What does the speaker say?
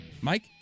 Mike